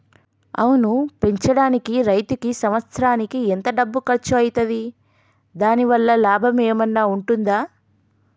ఆవును పెంచడానికి రైతుకు సంవత్సరానికి ఎంత డబ్బు ఖర్చు అయితది? దాని వల్ల లాభం ఏమన్నా ఉంటుందా?